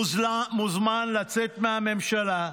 מוזמן לצאת מהממשלה,